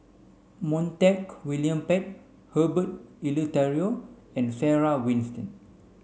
Montague William Pett Herbert Eleuterio and Sarah